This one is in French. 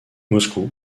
moscou